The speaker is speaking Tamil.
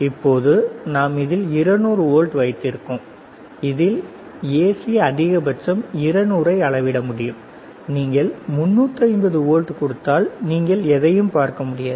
இப்போது நாம் இதில் 200 வோல்ட் வைக்கிறோம் இதில் ஏசி அதிகபட்சம் 200 ஐ அளவிட முடியும் நீங்கள் 350 வோல்ட் கொடுத்தால் நீங்கள் எதையும் பார்க்க முடியாது